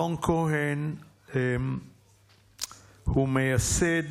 אלון כהן הוא מייסד